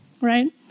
right